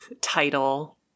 title